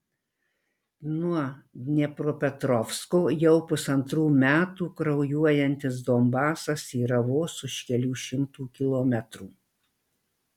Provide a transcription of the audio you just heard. nuo dniepropetrovsko jau pusantrų metų kraujuojantis donbasas yra vos už kelių šimtų kilometrų